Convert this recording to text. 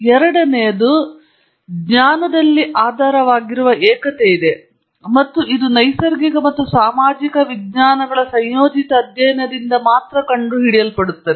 ಎರಡನೆಯದು ಜ್ಞಾನದಲ್ಲಿ ಆಧಾರವಾಗಿರುವ ಏಕತೆ ಇದೆ ಮತ್ತು ಇದು ನೈಸರ್ಗಿಕ ಮತ್ತು ಸಾಮಾಜಿಕ ವಿಜ್ಞಾನಗಳ ಸಂಯೋಜಿತ ಅಧ್ಯಯನದಿಂದ ಮಾತ್ರ ಕಂಡುಹಿಡಿಯಲ್ಪಡುತ್ತದೆ